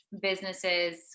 businesses